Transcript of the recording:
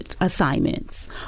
assignments